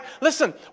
listen